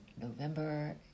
November